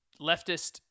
leftist